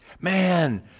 Man